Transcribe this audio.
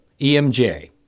emj